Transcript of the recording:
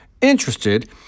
interested